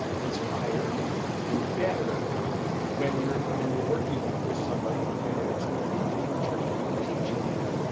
it's higher and better when you're when you're working with somebody who can actually lead you and train you and teach you. yep.